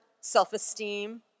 self-esteem